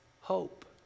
Hope